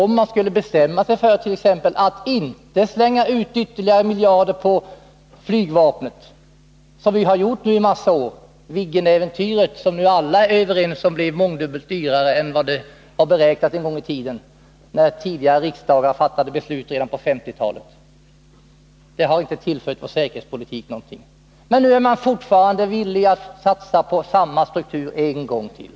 Man skulle t.ex. kunna bestämma sig för att inte slänga ut ytterligare miljarder på flygvapnet, som vi har gjort nu under en massa år. Ta t.ex. Viggen-äventyret. Alla är ju nu överens om att det blev mångdubbelt dyrare än som var beräknat en gång i tiden, när tidigare riksdagar fattade beslut om det redan på 1950-talet, och det har inte tillfört vår säkerhetspolitik någonting. Men man är ändå villig att satsa på samma struktur en gång till.